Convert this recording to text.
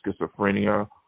schizophrenia